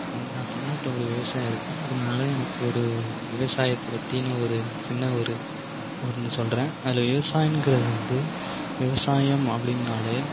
நான் தமிழ் நாட்டில் ஒரு விவசாயியாக இருக்கேன் இதனால் எனக்கு ஒரு விவசாயத்தை பற்றின ஒரு சின்ன ஒரு ஒன்று சொல்கிறேன் அதில் விவசாயம்ங்கிறது வந்து விவசாயம் அப்படினாலே